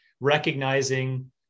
recognizing